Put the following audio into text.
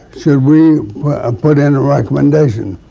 should we ah put in a recommendation?